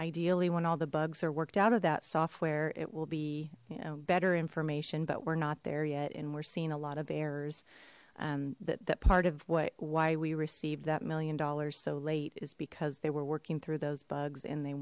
ideally when all the bugs are worked out of that software it will be you know better information but we're not there yet and we're seeing a lot of errors that that part of what why we received that million dollars so late is because they were working through those bugs and they